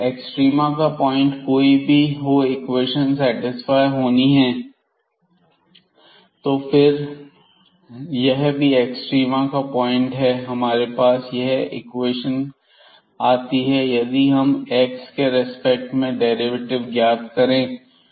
extrema का point कोई भी हो यह इक्वेशन सेटिस्फाय होनी है तो फिर यह भी एक्सट्रीमा का पॉइंट है हमारे पास यह इक्वेशन आती है यदि हम एक्स के रेस्पेक्ट में डेरिवेटिव ज्ञात करें तो